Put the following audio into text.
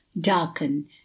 darken